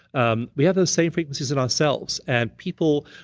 um we have the same frequencies in our cells, and people.